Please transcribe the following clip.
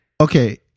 Okay